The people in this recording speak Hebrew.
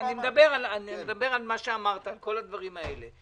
אני מדבר על מה שאמרת, כל הדברים האלה.